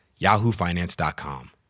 yahoofinance.com